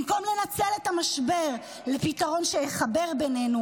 במקום לנצל את המשבר לפתרון שיחבר בינינו